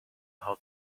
how